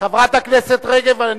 חברת הכנסת רגב.